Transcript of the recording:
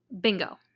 Bingo